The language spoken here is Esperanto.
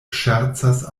ŝercas